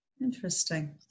Interesting